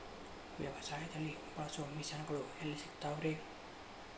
ವ್ಯವಸಾಯದಲ್ಲಿ ಬಳಸೋ ಮಿಷನ್ ಗಳು ಎಲ್ಲಿ ಸಿಗ್ತಾವ್ ರೇ?